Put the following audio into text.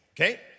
okay